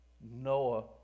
Noah